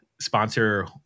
sponsor